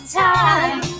time